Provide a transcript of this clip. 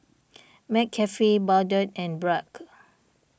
McCafe Bardot and Bragg